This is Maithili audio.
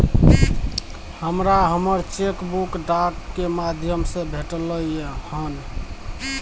हमरा हमर चेक बुक डाक के माध्यम से भेटलय हन